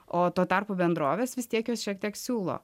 o tuo tarpu bendrovės vis tiek jos šiek tiek siūlo